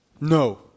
No